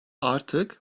artık